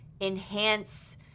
enhance